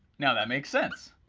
now, that makes sense,